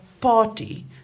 party